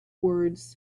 words